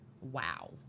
wow